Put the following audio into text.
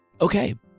Okay